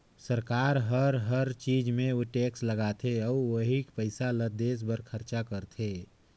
सरकार हर हर चीच मे टेक्स लगाथे अउ ओही पइसा ल देस बर खरचा करथे